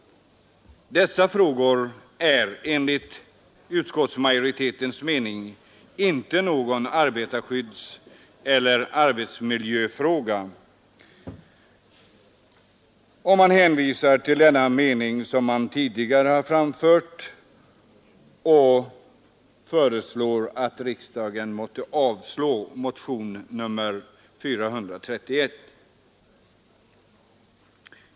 Dessa frågor är enligt utskottsmajoritetens mening inte några arbetarskyddseller arbetsmiljöfrågor, och man hänvisar till den mening man tidigare framfört och hemställer att riksdagen måtte avslå motionen 431.